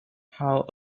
how